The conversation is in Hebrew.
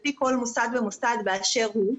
לפי כל מוסד ומוסד באשר הוא.